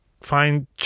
find